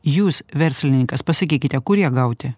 jūs verslininkas pasakykite kur ją gauti